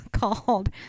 called